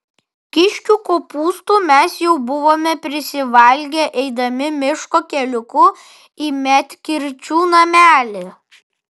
kiškių kopūstų mes jau buvome prisivalgę eidami miško keliuku į medkirčių namelį